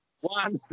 One